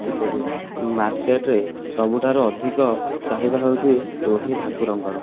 ଇତ୍ୟାଦି ମାର୍କେଟରେ ସବୁଠାରୁ ଅଧିକ ଚାହିଦା ହେଉଛି ରୋହି ଭାକୁରଙ୍କର